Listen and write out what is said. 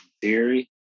theory